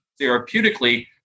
therapeutically